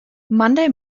monday